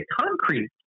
concrete